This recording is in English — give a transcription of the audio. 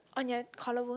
on your collarbone